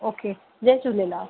okay जय झूलेलाल